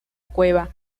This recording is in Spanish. cueva